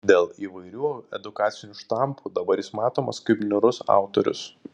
dėl įvairių edukacinių štampų dabar jis matomas kaip niūrus autorius